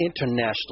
internationally